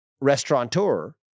restaurateur